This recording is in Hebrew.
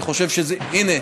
הינה,